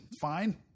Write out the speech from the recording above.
Fine